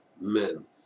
men